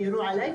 ויירו עליי,